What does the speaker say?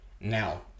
now